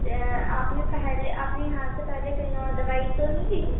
آپ نے پہلے آپ نے یہاں سے پہلے کہیں اور دوائی تو نہیں لی